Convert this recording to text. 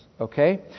Okay